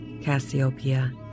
Cassiopeia